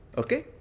okay